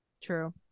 True